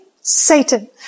Satan